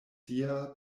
sia